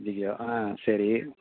ஐய்யயோ ஆ சரி